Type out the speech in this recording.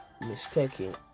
mistaken